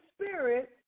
Spirit